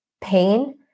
pain